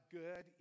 good